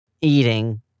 eating